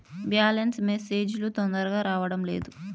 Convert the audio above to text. Balance message లు తొందరగా రావడం లేదు?